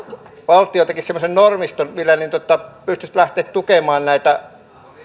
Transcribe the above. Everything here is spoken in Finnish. valtio tekisi semmoisen normiston millä pystyisi lähtemään tukemaan näitä